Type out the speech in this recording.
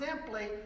simply